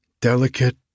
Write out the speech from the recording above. delicate